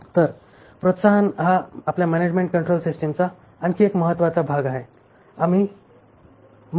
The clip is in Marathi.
तर प्रोत्साहन हा आपल्या मॅनॅजमेन्ट कंट्रोल सिस्टिमचा आणखी एक महत्त्वाचा भाग आहे